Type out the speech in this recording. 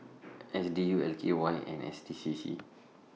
S D U L K Y and M S D C C